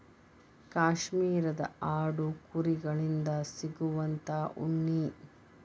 ಕಾಶ್ಮೇರದ ಆಡು ಕುರಿ ಗಳಿಂದ ಸಿಗುವಂತಾ ಉಣ್ಣಿ